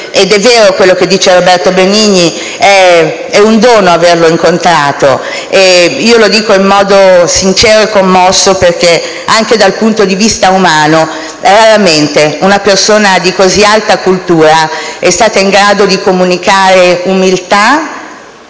ed è vero quello che dice Roberto Benigni: è un dono averlo incontrato. Lo dico in modo sincero e commosso perché, anche dal punto di vista umano, raramente una persona di così alta cultura è stata in grado di comunicare umiltà